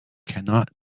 cannot